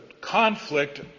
conflict